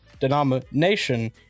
Denomination